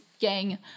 gang